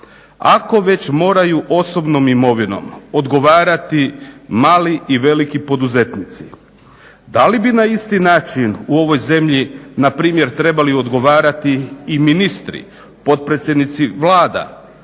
Ako već moraju osobnom imovinom odgovarati mali i veliki poduzetnici da li bi na isti način u ovoj zemlji na primjer trebali odgovarati i ministri, potpredsjednici Vlade,